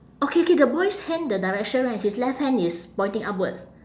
okay K the boy's hand the direction right his left hand is pointing upwards